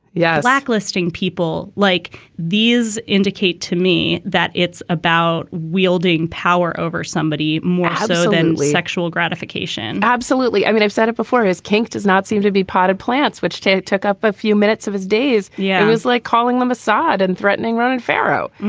yeah blacklisting people like these indicate to me that it's about wielding power over somebody more so than sexual gratification absolutely. i mean, i've said it before. his kink does not seem to be potted plants, which took up a few minutes of his days. yeah. it was like calling them assad and threatening running pharaoh.